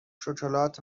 شکلات